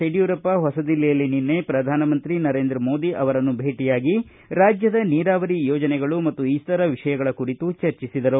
ಯಡಿಯೂರಪ್ಪ ಹೊಸದಿಲ್ಲಿಯಲ್ಲಿ ನಿನ್ನೆ ಪ್ರಧಾನಮಂತ್ರಿ ನರೇಂದ್ರ ಮೋದಿ ಅವರನ್ನು ಭೇಟಿಯಾಗಿ ರಾಜ್ಯದ ನೀರಾವರಿ ಯೋಜನೆಗಳು ಮತ್ತು ಇತರ ವಿಷಯಗಳ ಕುರಿತು ಚರ್ಚಿಸಿದರು